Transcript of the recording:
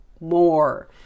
more